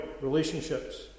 relationships